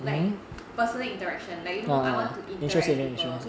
like personal interaction like you know I want to interact with people